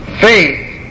Faith